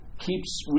keeps